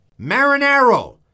Marinero